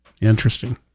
Interesting